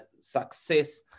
success